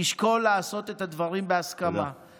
תשקול לעשות את הדברים בהסכמה.